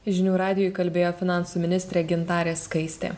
žinių radijui kalbėjo finansų ministrė gintarė skaistė